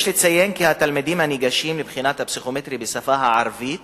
יש לציין כי התלמידים הניגשים לבחינה הפסיכומטרית בשפה הערבית